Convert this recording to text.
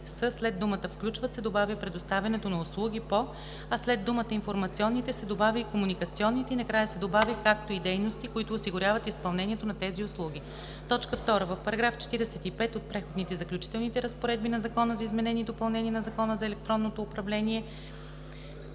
след думата „включват“ се добавя „предоставянето на услуги по“, а след думата „информационните“ се добавя „и комуникационните“ и накрая се добавя „както и дейности, които осигуряват изпълнението на тези услуги“. 2. В § 45 от преходните и заключителните разпоредби на Закона за изменение и допълнение на Закона за електронното управление